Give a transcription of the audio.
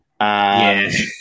Yes